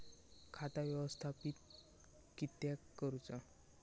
खाता व्यवस्थापित किद्यक करुचा?